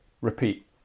Repeat